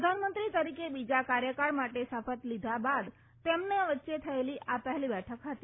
પ્રધાનમંત્રી તરીકે બીજા કાર્યકાળ માટે શપથ લીધા બાદ તેમના વચ્ચે થયેલી આ પહેલી બેઠક હતી